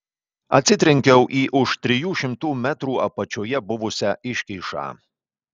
atsitrenkiau į už trijų šimtų metrų apačioje buvusią iškyšą